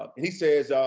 um he says,